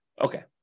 Okay